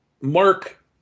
Mark